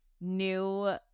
new